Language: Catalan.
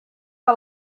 que